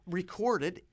recorded